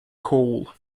coal